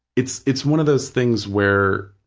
it's it's one of those things where,